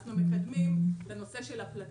אנחנו מקדמים את הנושא של ה"פלטונינג"